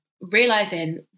realizing